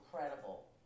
incredible